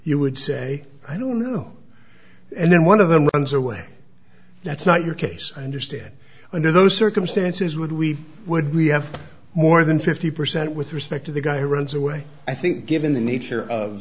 you would say i don't know and then one of them was under way that's not your case i understand under those circumstances would we would we have more than fifty percent with respect to the guy runs away i think given the nature of